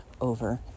over